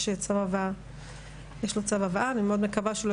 יש לו צו הבאה ואני מאוד מקווה שהוא לא